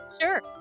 Sure